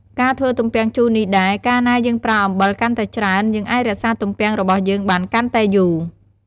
ការធ្វើទំពាំងជូរនេះដែរ កាលណាយើងប្រើអំបិលកាន់តែច្រើន យើងអាចរក្សាទំពាំងរបស់យើងបានកាន់តែយូរ។